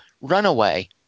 Runaway